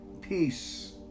peace